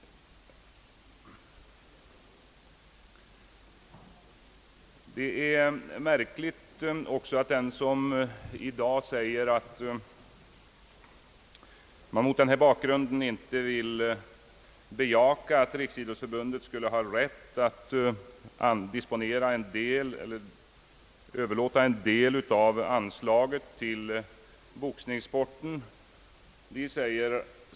Det är också märkligt att höra vad ytterligare den säger, som i dag hävdar att man mot den angivna bakgrunden inte vill låta Riksidrottsförbundet använda en del av anslagen till boxningssporten.